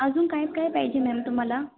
अजून काय काय पाहिजे मॅम तुम्हाला